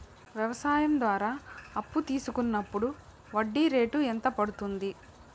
వ్యవసాయం ద్వారా అప్పు తీసుకున్నప్పుడు వడ్డీ రేటు ఎంత పడ్తుంది